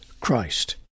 Christ